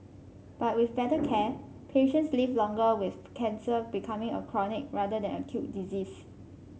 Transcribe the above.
but with better care patients live longer with cancer becoming a chronic rather than acute disease